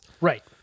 Right